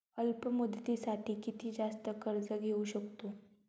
अल्प मुदतीसाठी किती जास्त कर्ज घेऊ शकतो?